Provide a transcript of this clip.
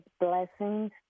blessings